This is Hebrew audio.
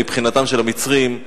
מבחינתם של המצרים,